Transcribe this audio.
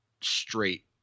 straight